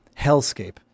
hellscape